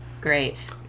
Great